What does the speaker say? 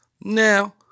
Now